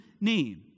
name